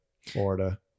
florida